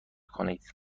کنید